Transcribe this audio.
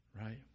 right